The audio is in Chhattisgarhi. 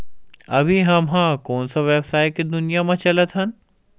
अभी हम ह कोन सा व्यवसाय के दुनिया म चलत हन?